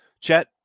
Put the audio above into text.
Chet